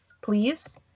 please